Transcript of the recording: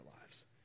lives